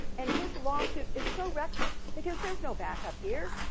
and his lawsuit is so reckless because there's no backup here.